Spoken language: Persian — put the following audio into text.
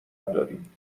داریم